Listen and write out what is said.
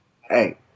Hey